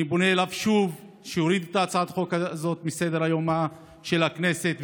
אני פונה אליו שוב שיוריד את הצעת החוק הזאת מסדר-יומה של הכנסת.